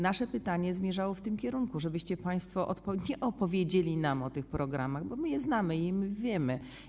Nasze pytanie nie zmierzało w tym kierunku, żebyście państwo opowiedzieli nam o tych programach, bo my je znamy, my to wiemy.